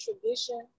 tradition